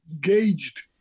gauged